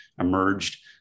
emerged